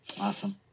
Awesome